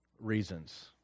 reasons